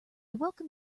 welcome